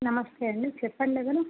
నమస్తే అండి చెప్పండి ఎవరు